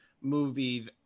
movie